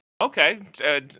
okay